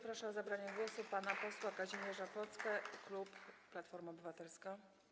Proszę o zabranie głosu pana posła Kazimierza Plocke, klub Platforma Obywatelska.